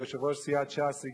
יושב-ראש סיעת ש"ס,